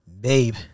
babe